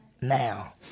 now